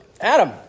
Adam